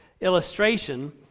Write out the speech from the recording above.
illustration